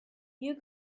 you